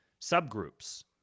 subgroups